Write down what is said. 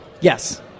Yes